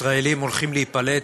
ישראלים, הולכים להיפלט